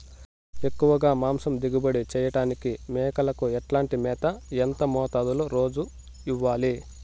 ఎక్కువగా మాంసం దిగుబడి చేయటానికి మేకలకు ఎట్లాంటి మేత, ఎంత మోతాదులో రోజు ఇవ్వాలి?